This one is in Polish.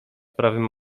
prawym